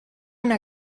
una